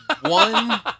one